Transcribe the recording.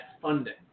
funding